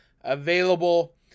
available